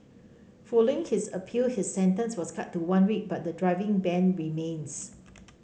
following his appeal his sentence was cut to one week but the driving ban remains